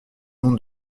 nom